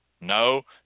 no